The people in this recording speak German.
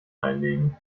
einlegen